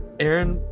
aaron,